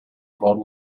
about